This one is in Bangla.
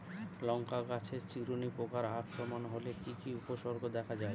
লঙ্কা গাছের চিরুনি পোকার আক্রমণ হলে কি কি উপসর্গ দেখা যায়?